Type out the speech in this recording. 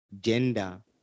gender